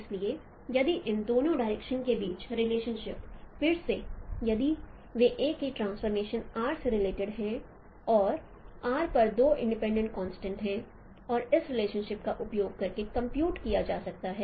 इसलिए यदि इन दोनों डायरेक्शन के बीच रिलेशनशिप फिर से यदि वे एक ही ट्रांसफॉर्मेशन R से रिलेटेड हैं और R पर दो इंडीपेंडेंट कॉन्स्टेंट हैं और इस रिलेशनशिप का उपयोग करके कंप्यूट किया जा सकता है